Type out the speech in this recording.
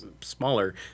smaller